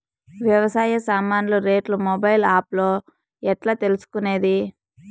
వ్యవసాయ సామాన్లు రేట్లు మొబైల్ ఆప్ లో ఎట్లా తెలుసుకునేది?